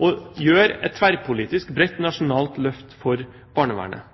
å gjøre et tverrpolitisk, bredt nasjonalt løft for barnevernet,